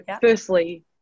firstly